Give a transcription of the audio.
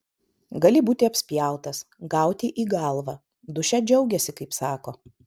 gali būti apspjautas gauti į galvą dūšia džiaugiasi kaip sako